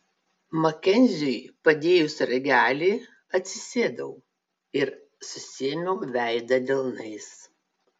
makenziui padėjus ragelį atsisėdau ir susiėmiau veidą delnais